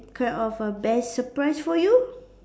kind of a best surprise for you